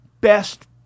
best